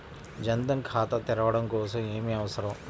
జన్ ధన్ ఖాతా తెరవడం కోసం ఏమి అవసరం?